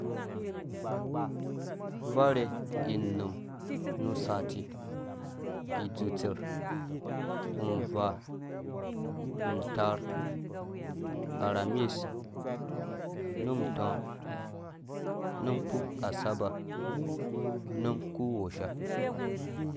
Varhe inum nu sati idzu tser unvaa untaar arhamis num utɔ nu kpu asaber num kpu wosha.